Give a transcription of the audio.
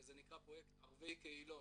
זה נקרא פרויקט "ערבי קהילות".